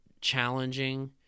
challenging